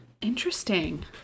Interesting